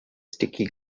sticky